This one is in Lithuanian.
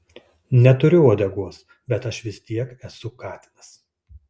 neturiu uodegos bet aš vis tiek esu katinas